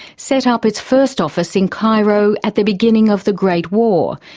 set up its first office in cairo at the beginning of the great war,